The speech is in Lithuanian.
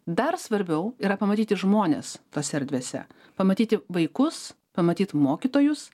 dar svarbiau yra pamatyti žmones tose erdvėse pamatyti vaikus pamatyt mokytojus